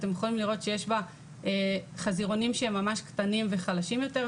אתם יכולים לראות שיש חזירונים שהם ממש קטנים וחלשים יותר,